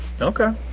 Okay